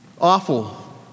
Awful